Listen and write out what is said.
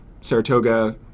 Saratoga